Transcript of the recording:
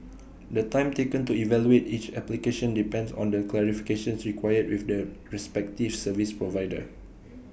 the time taken to evaluate each application depends on the clarifications required with the respective service provider